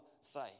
say